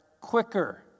quicker